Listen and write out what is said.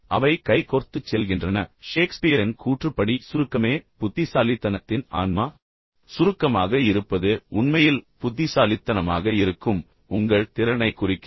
அவை கைகோர்த்துச் செல்கின்றன ஷேக்ஸ்பியரின் கூற்றுப்படி சுருக்கமே புத்திசாலித்தனத்தின் ஆன்மா அவர் என்ன சொல்கிறார் என்றால் சுருக்கமாக இருப்பது உண்மையில் புத்திசாலித்தனமாக இருக்கும் உங்கள் திறனைக் குறிக்கிறது